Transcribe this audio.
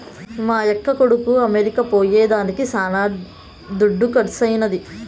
మా యక్క కొడుకు అమెరికా పోయేదానికి శానా దుడ్డు కర్సైనాది